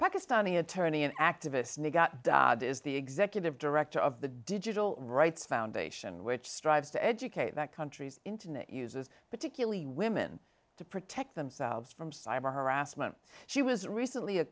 pakistani attorney an activist we got dad is the executive director of the digital rights foundation which strives to educate that country's internet users particularly women to protect themselves from cyber harassment she was recently a